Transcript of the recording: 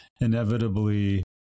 inevitably